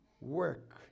work